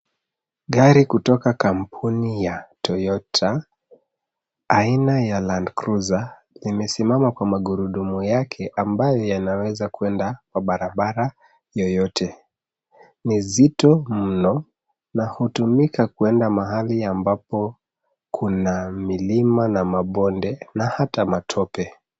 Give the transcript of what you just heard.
Gari kutoka kampuni ya Toyota aina ya Landcruiser, imesimama kwa magurudumu yake ambayo yanaweza kuenda kwa barabara yoyote. Ni zito mno na hutumika kuenda mahali ambapo kuna milima na mabonde, na hata matope.